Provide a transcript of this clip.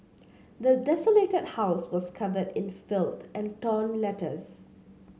the desolated house was covered in filth and torn letters